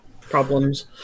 problems